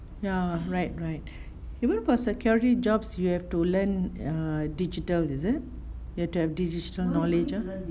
ya right right even for security jobs you have to learn err digital is it you have to have digital knowledge uh